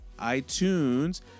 iTunes